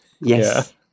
Yes